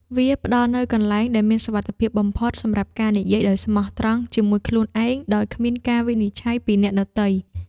វាផ្ដល់នូវកន្លែងដែលមានសុវត្ថិភាពបំផុតសម្រាប់ការនិយាយដោយស្មោះត្រង់ជាមួយខ្លួនឯងដោយគ្មានការវិនិច្ឆ័យពីអ្នកដទៃ។